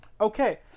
Okay